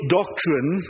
doctrine